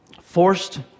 Forced